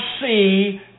see